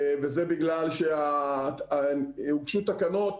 וזה בגלל שהוגשו תקנות